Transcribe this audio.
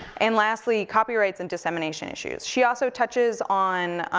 and lastly, copyrights and dissemination issues. she also touches on